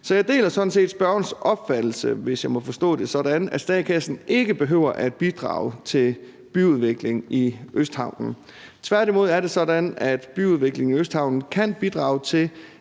Så jeg deler sådan set spørgerens opfattelse, hvis jeg må forstå det sådan, af, at statskassen ikke behøver at bidrage til byudvikling i Østhavnen. Tværtimod er det sådan, at byudviklingen i Østhavnen kan bidrage til,